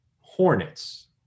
hornets